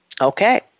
Okay